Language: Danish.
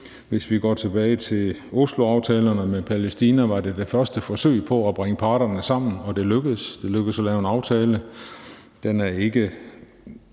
Hvis vi går tilbage til Osloaftalerne med Palæstina, var det det første forsøg på at bringe parterne sammen, og det lykkedes. Det lykkedes at lave en aftale.